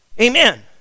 Amen